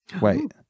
Wait